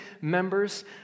members